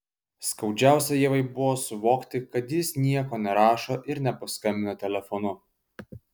skaudžiausia ievai buvo suvokti kad jis nieko nerašo ir nepaskambina telefonu